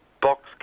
Box